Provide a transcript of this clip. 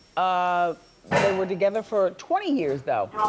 ah they were together for twenty years though.